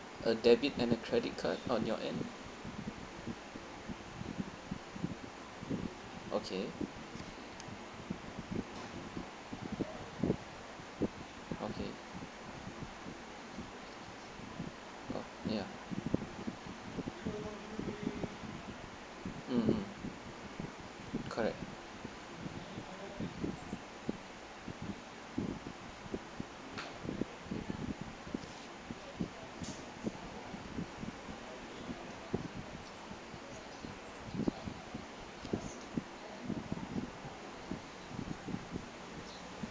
a debit and a credit card on your end okay okay oh ya mmhmm correct